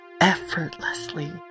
effortlessly